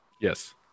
Yes